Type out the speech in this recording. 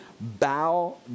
bow